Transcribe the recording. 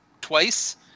twice